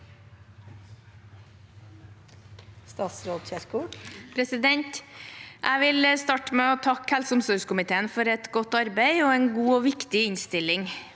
Jeg vil starte med å takke helse- og omsorgskomiteen for et godt arbeid og en god og viktig innstilling.